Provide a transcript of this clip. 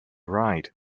ride